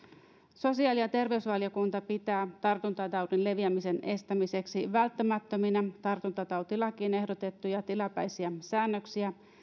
sosiaali ja terveysvaliokunta pitää tartuntataudin leviämisen estämiseksi välttämättöminä tartuntatautilakiin ehdotettuja tilapäisiä säännöksiä